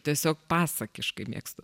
tiesiog pasakiškai mėgstu